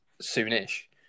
soon-ish